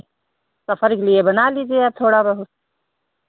सफ़र के बना लीजिए आप थोड़ा बहुत